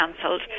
cancelled